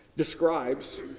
Describes